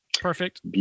Perfect